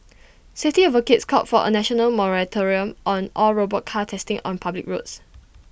safety advocates called for A national moratorium on all robot car testing on public roads